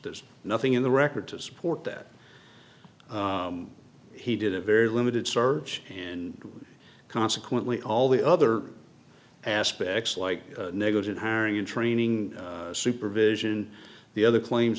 there's nothing in the record to support that he did a very limited search and consequently all the other aspects like negligent hiring and training supervision the other claims